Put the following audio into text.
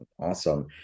awesome